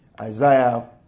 Isaiah